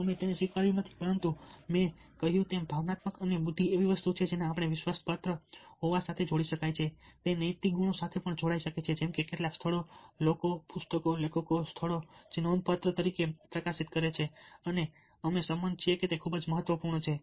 અમે તેને સ્વીકાર્યું નથી પરંતુ મેં કહ્યું તેમ ભાવનાત્મકતા અને બુદ્ધિ એવી વસ્તુ છે જેને વિશ્વાસપાત્ર હોવા સાથે જોડી શકાય છે તે નૈતિક ગુણો સાથે પણ જોડાઈ શકે છે જેમકે કેટલાક સ્થળો કેટલાક લોકો કેટલાક પુસ્તકો કેટલાક લેખકો કેટલાક સ્થળો નોંધપાત્ર તરીકે પ્રકાશિત કરે છે અને અમે સંમત છીએ કે તે ખૂબ જ મહત્વપૂર્ણ છે